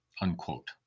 unquote